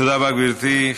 תודה רבה, גברתי.